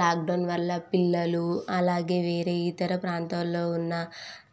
lockdown వల్ల పిల్లలు అలాగే వేరే ఇతర ప్రాంతాలలో ఉన్న